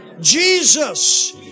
Jesus